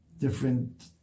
different